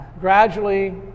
Gradually